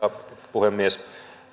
puhemies